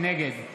נגד